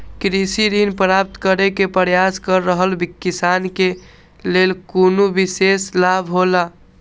कृषि ऋण प्राप्त करे के प्रयास कर रहल किसान के लेल कुनु विशेष लाभ हौला?